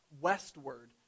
westward